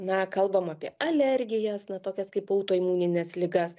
na kalbam apie alergijas na tokias kaip autoimunines ligas